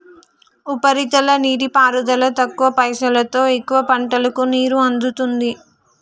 ఉపరితల నీటిపారుదల తక్కువ పైసలోతో ఎక్కువ పంటలకు నీరు అందుతుంది